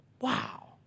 Wow